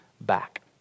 back